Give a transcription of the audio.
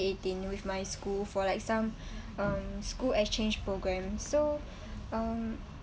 eighteen with my school for like some um school exchange program so um